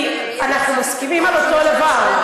כי אנחנו מסכימים על אותו דבר.